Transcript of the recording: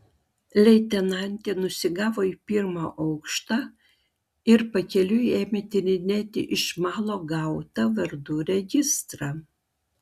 leitenantė nusigavo į pirmą aukštą ir pakeliui ėmė tyrinėti iš malo gautą vardų registrą